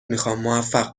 میخوامموفق